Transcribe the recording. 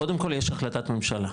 קודם כל יש החלטת ממשלה,